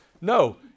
No